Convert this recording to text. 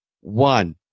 One